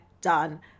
done